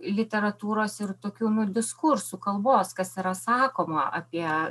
literatūros ir tokių nu diskursų kalbos kas yra sakoma apie